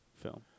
film